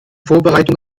vorbereitung